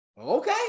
okay